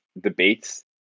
debates